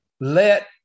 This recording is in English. Let